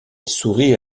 sourit